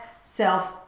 self